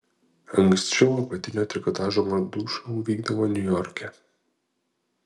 anksčiau apatinio trikotažo madų šou vykdavo niujorke